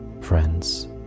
friends